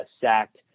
sacked